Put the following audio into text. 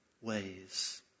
ways